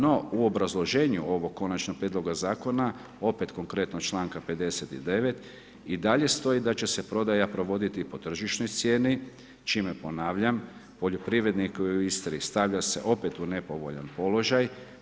No, u obrazloženju ovog konačnog prijedloga zakona, opet konkretno čl. 59. i dalje stoji da će se prodaja provoditi po tržišnoj cijeni, čime ponavljam, poljoprivredniku u Istri, stavlja se opet u nepovoljan položaj.